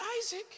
Isaac